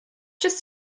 just